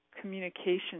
communication